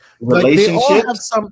Relationships